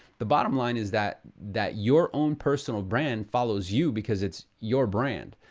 the bottom line is that that your own personal brand follows you because it's your brand.